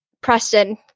Preston